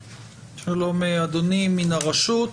שלום, אדוני, מהרשות.